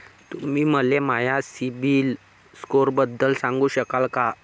तुम्ही मले माया सीबील स्कोअरबद्दल सांगू शकाल का?